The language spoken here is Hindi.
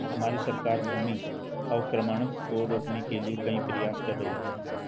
हमारी सरकार भूमि अवक्रमण को रोकने के लिए कई प्रयास कर रही है